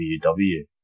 WW